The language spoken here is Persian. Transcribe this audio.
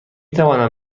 توانم